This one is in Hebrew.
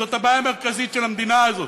זו הבעיה המרכזית של המדינה הזאת.